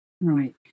Right